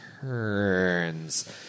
turns